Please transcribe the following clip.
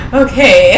okay